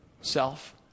self